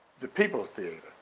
the people's theater.